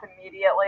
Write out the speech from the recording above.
immediately